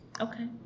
okay